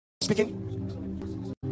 speaking